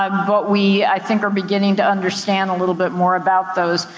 um but we, i think, are beginning to understand a little bit more about those.